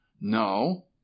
No